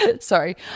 Sorry